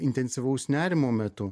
intensyvaus nerimo metu